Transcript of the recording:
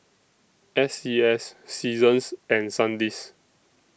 S C S Seasons and Sandisk